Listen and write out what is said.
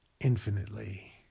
infinitely